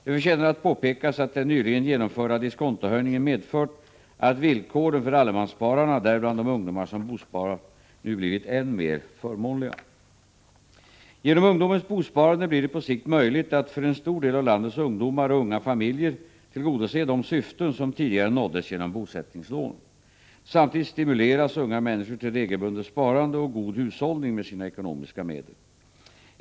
Det förtjänar att påpekas att den nyligen genomförda diskontohöjningen medfört att villkoren för allemansspararna, däribland de ungdomar som bosparar, nu blivit än mera förmånliga. Genom ungdomens bosparande blir det på sikt möjligt att för en stor del av landets ungdomar och unga familjer tillgodose de syften som tidigare nåddes genom bosättningslånen. Samtidigt stimuleras unga människor till regelbundet sparande och god hushållning med sina ekonomiska medel.